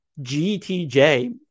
GTJ